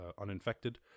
uninfected